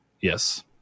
Yes